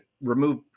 remove